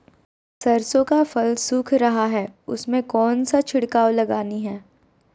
सरसो का फल सुख रहा है उसमें कौन सा छिड़काव लगानी है?